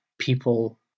people